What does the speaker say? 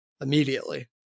immediately